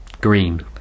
Green